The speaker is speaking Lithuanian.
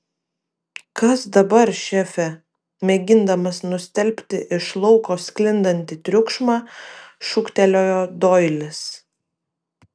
kas dabar šefe mėgindamas nustelbti iš lauko sklindantį triukšmą šūktelėjo doilis